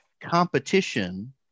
competition